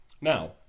Now